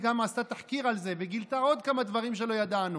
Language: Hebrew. היא גם עשתה תחקיר על זה וגילתה עוד כמה דברים שלא ידענו,